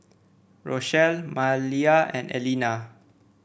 Rochelle Maleah and Allena